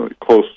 close